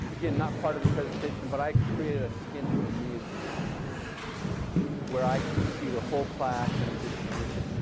not part of the presentation but i created a skin for me as the teacher where i could see the whole class in a distribution.